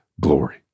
glory